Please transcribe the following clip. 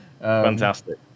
fantastic